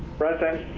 present.